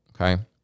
okay